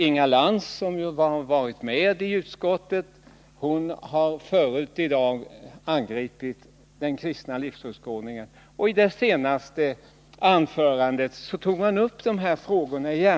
Inga Lantz, som ju har varit med i utskottet, har förut i dag angripit den kristna livsåskådningen. I det senaste anförandet togs dessa frågor upp igen.